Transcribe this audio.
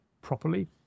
properly